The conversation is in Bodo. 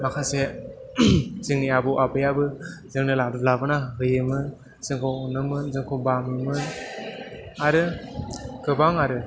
माखासे जोंनि आबौ आबैयाबो जोंनो लादु लाबोना होफैयोमोन जोंखौ अनोमोन जोंखौ बामोमोन आरो गोबां आरो